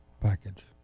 package